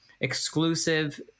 exclusive